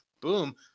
boom